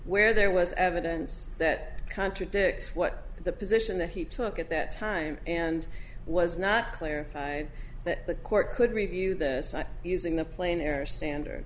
where there was evidence that contradicts what the position that he took at that time and was not clarified that the court could review that using the plain error standard